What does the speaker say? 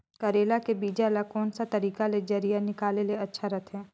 करेला के बीजा ला कोन सा तरीका ले जरिया निकाले ले अच्छा रथे?